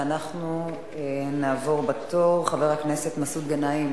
ואנחנו נעבור בתור, חבר הכנסת מסעוד גנאים